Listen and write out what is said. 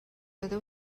داده